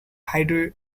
hydro